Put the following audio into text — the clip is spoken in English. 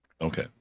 Okay